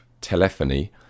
telephony